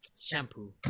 Shampoo